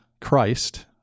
Christ